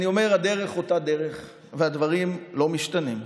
אני אומר, הדרך אותה דרך והדברים לא משתנים,